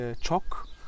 chalk